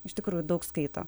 iš tikrųjų daug skaito